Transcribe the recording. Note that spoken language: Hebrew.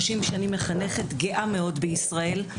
30 שנים מחנכת גאה מאוד בישראל.